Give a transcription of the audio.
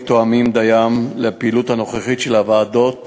תואמים דיים את הפעילות הנוכחית של הוועדות